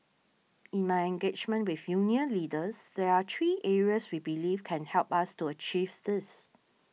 in my engagement with union leaders there are three areas we believe can help us to achieve this